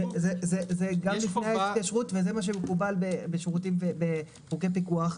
זה מה שמקובל בחוקי פיקוח.